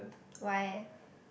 why